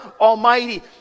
Almighty